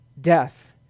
death